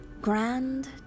grand